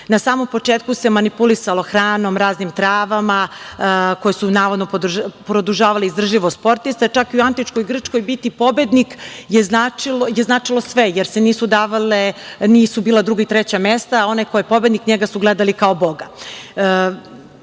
Na samo početku se manipulisalo hranom, raznim travama koje su navodno produžavale izdržljivost sportiste, čak i u antičkoj Grčkoj biti pobednik je značilo sve, jer nisu bila druga i treća mesta, već onoga ko je pobednik su gledali kao boga. Kada